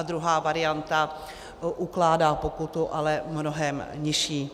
Druhá varianta ukládá pokutu, ale mnohem nižší.